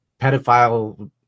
pedophile